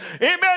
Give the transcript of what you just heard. Amen